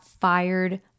fired